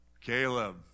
Caleb